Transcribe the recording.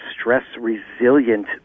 stress-resilient